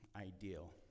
ideal